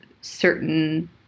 certain